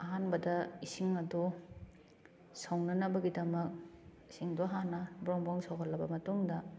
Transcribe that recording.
ꯑꯍꯥꯟꯕꯗ ꯏꯁꯤꯡ ꯑꯗꯨ ꯁꯧꯅꯅꯕꯒꯤꯗꯃꯛ ꯏꯁꯤꯡꯗꯨ ꯍꯥꯟꯅ ꯕ꯭ꯔꯣꯡ ꯕ꯭ꯔꯣꯡ ꯁꯧꯍꯜꯂꯕ ꯃꯇꯨꯡꯗ